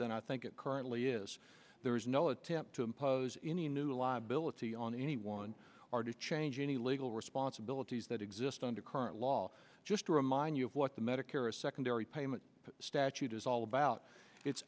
than i think it currently is there is no attempt to impose any new liability on anyone or to change any legal responsibilities that exist under current law just to remind you of what the medicare a secondary payment statute is all about it's